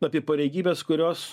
apie pareigybes kurios